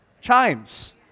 Chimes